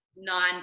Nine